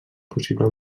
possible